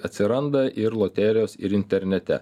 atsiranda ir loterijos ir internete